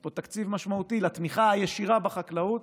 יש פה תקציב משמעותי לתמיכה הישירה בחקלאות,